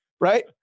Right